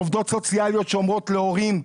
עובדות סוציאליות שאומרות להורים: